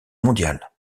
mondiale